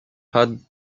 had